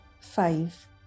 five